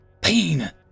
pain